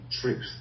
truth